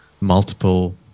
multiple